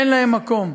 אין להן מקום.